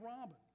robin